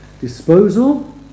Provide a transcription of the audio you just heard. disposal